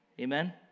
Amen